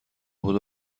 بدو